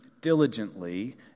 diligently